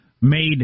made